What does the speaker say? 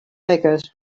beggars